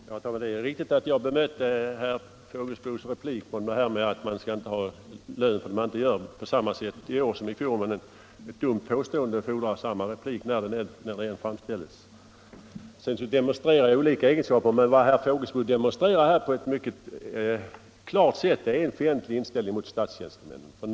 Herr talman! Det är riktigt att jag bemötte herr Fågelsbos argument att man inte skall ha lön, om man inte gör någonting, på samma sätt i år som i fjol, men ett dumt påstående fordrar samma replik när det än framställs. Vidare skulle jag ha demonstrerat olika egenskaper. Men vad herr Fågelsbo å sin sida på ett mycket gravt sätt demonstrerar är en fientlig inställning mot statstjänstemännen.